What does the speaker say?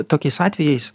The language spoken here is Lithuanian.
tokiais atvejais